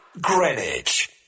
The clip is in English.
Greenwich